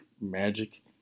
Magic